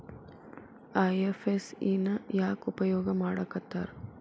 IFSC ನ ಯಾಕ್ ಉಪಯೊಗ್ ಮಾಡಾಕತ್ತಾರ?